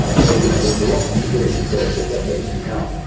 ah so you know there's lots to do for decades to come.